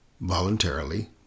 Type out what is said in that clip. voluntarily